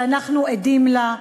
שאנחנו עדים לה,